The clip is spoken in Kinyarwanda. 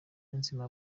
niyonzima